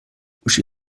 uschi